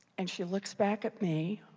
and she looks back at me.